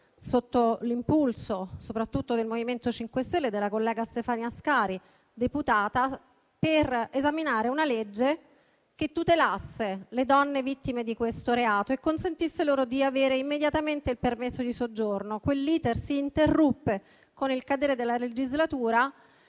sotto l'impulso soprattutto del MoVimento 5 Stelle e della collega deputata Stefania Ascari - per esaminare una legge che tutelasse le donne vittime di questo reato e consentisse loro di avere immediatamente il permesso di soggiorno. Quell'*iter* si interruppe con il cadere della legislatura.